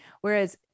Whereas